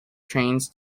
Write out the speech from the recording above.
trains